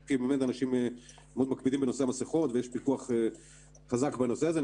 כי באמת אנשים מאוד מקפידים בנושא המסכות ויש פיקוח חזק בנושא הזה,